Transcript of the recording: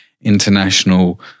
international